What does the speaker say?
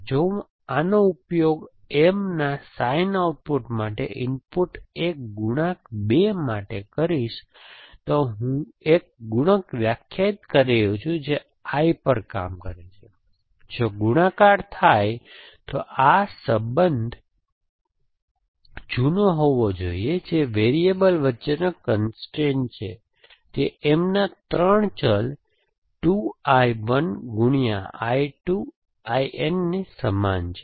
જો હું આનો ઉપયોગ M ના સાઈન આઉટપુટ માટે ઈનપુટ 1 ગુણાંક 2 માટે કરીશ તો હું એક ગુણક વ્યાખ્યાયિત કરી રહ્યો છું જે I પર કામ કરે છે જો ગુણાકાર થાય તો આ સંબંધ જૂનો હોવો જોઈએ જે વેરીએબલ્સ વચ્ચેનો કન્સ્ટ્રેઇન છે તે M ના 3 ચલ 2 I 1 ગુણ્યાં I 2 IN ને સમાન છે